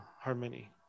harmony